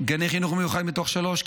גני חינוך מיוחד מתוך שלוש,